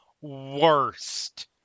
worst